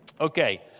Okay